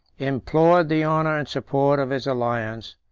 implored the honor and support of his alliance,